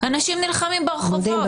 אנשים נלחמים ברחובות.